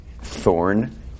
thorn